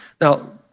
Now